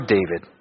David